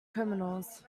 criminals